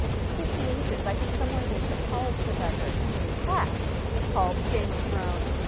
situations. i think somewhere there is a college professor teaching a class called game of thrones,